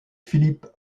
philip